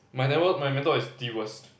my my mentor is the worse